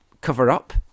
cover-up